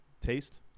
taste